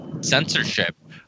censorship